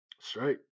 Straight